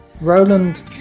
Roland